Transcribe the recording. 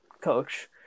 coach